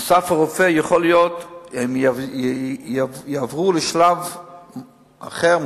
"אסף הרופא" יכול שיעבור לשלב אחר,